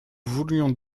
voulions